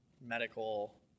medical